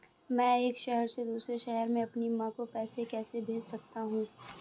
मैं एक शहर से दूसरे शहर में अपनी माँ को पैसे कैसे भेज सकता हूँ?